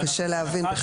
קשה להבין.